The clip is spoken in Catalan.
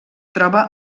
troba